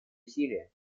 усилия